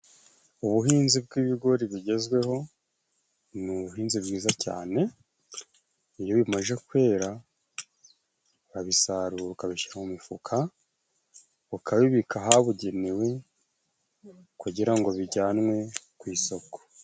Ubuhinzi bw'ibigori bigezweho ni ubuhinzi bwiza cyane. Iyo bimajije kwera, urabisarura, ukabishyira mu mifuka, ukabibika ahabugenewe, kugira ngo bijyanwe ku isoko.